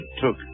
took